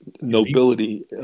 nobility